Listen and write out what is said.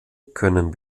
können